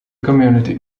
community